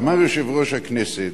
אמר יושב-ראש הכנסת,